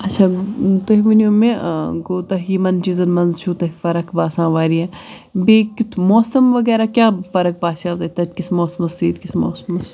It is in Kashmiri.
اچھا تُہۍ ؤنِو مےٚ گوٚو تۄہہِ یِمَن چیٖزَن منٛز چھو تۄہہِ فَرَق باسان واریاہ بیٚیہِ کِیُتھ موسَم وَغیرَہ کیٛاہ فرق باسِیٛو تَتہِ کِس موسمَس تہٕ ییٚتہِ کِس موسمَس